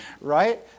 Right